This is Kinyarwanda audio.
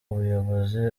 ubuyobozi